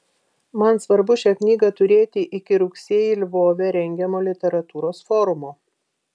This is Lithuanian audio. man svarbu šią knygą turėti iki rugsėjį lvove rengiamo literatūros forumo